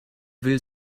will